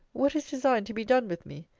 what is designed to be done with me,